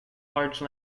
large